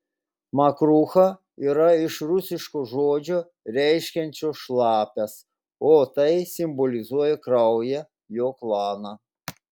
makrucha yra iš rusiško žodžio reiškiančio šlapias o tai simbolizuoja kraują jo klaną